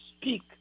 speak